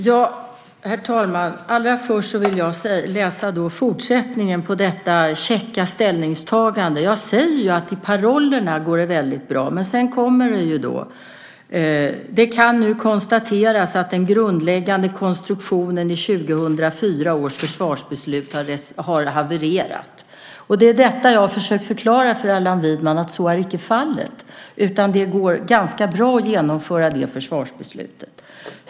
Herr talman! Allra först vill jag läsa fortsättningen på detta käcka ställningstagande. Jag säger ju att i parollerna går det väldigt bra, men sedan kommer det: "Det kan nu konstateras att den grundläggande konstruktionen i 2004 års försvarsbeslut havererat." Jag har försökt förklara för Allan Widman att så är icke fallet utan att det går ganska bra att genomföra det försvarsbeslutet.